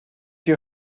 you